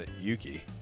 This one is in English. Yuki